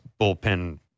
bullpen